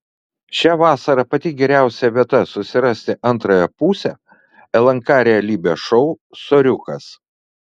šią vasarą pati geriausia vieta susirasti antrąją pusę lnk realybės šou soriukas